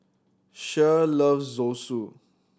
Cher loves Zosui